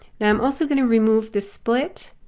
now i'm also going to remove this split.